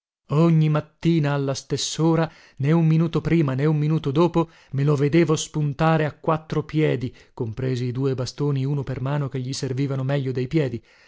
ogni mattina alla stessora né un minuto prima né un minuto dopo me lo vedevo spuntare a quattro piedi compresi i due bastoni uno per mano che gli servivano meglio dei piedi